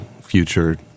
future